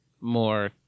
more